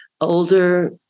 older